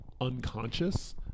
unconscious